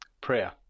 Prayer